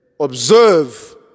observe